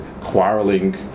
quarreling